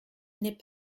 n’est